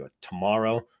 tomorrow